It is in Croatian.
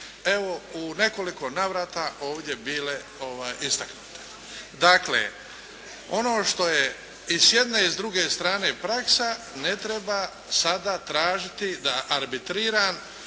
evo, u nekoliko navrata ovdje bile istaknute. Dakle, ono što je i s jedne i s druge strane praksa ne treba sada tražiti da arbitriram